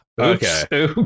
Okay